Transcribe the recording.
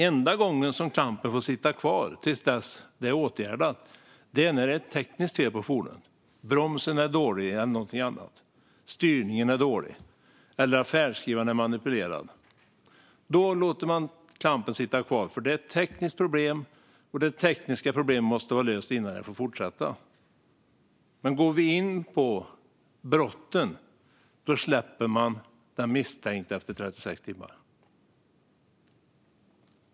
Enda gången klampen får sitta kvar till dess att det är åtgärdat är när det är ett tekniskt fel på fordonet - dålig broms, dålig styrning eller något annat - eller när färdskrivaren är manipulerad. Då får klampen sitta kvar, för det är ett tekniskt problem som måste vara löst innan man får fortsätta. Men kommer vi in på brotten släpper vi den misstänkte efter 36 timmar.